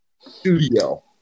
studio